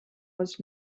was